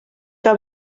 que